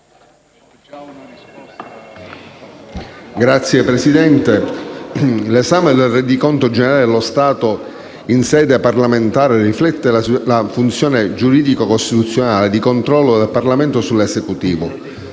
Signora Presidente, l'esame del rendiconto generale dello Stato in sede parlamentare riflette la funzione giuridico-costituzionale di controllo del Parlamento sull'Esecutivo,